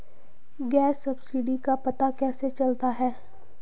Gas subsidy का पता कैसे चलता है?